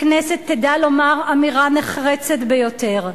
הכנסת תדע לומר אמירה נחרצת ביותר.